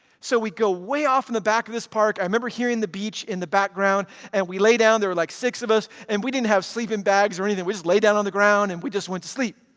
so we go way off in the back of this park. i remember hearing the beach in the background and we lay down. there were like six of us and we didn't have sleeping bags or anything. we just laid down on the ground and we just went to sleep.